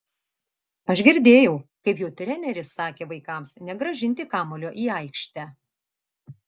aš girdėjau kaip jų treneris sakė vaikams negrąžinti kamuolio į aikštę